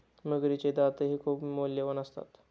मगरीचे दातही खूप मौल्यवान असतात